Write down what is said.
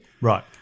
Right